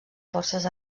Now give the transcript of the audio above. forces